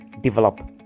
develop